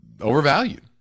overvalued